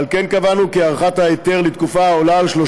ועל כן קבענו כי הארכת ההיתר לתקופה העולה על 30